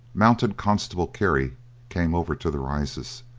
mounted constable kerry came over to the rises.